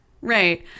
Right